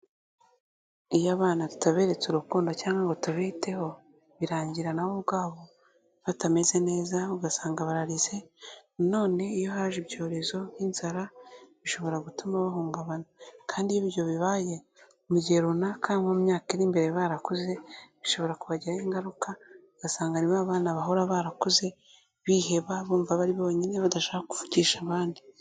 Iyo abana tutaberetse urukundo cyangwa ngo tubiteho, birangira na bo ubwabo batameze neza ugasanga bararize, na none iyo haje ibyorezo nk'inzara, bishobora gutuma bahungabana kandi iyo ibyo bibaye, mu gihe runaka nko mu myaka iri imbere barakuze, bishobora kubagiraho ingaruka, ugasanga hari ba bana bahora barakuze, biheba bumva bari bonyine, badashaka kuvugisha abandi.